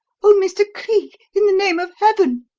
oh, mr. cleek, in the name of heaven